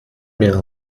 mir